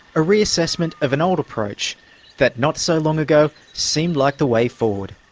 a re-assessment of an old approach that not so long ago seemed like the way forward.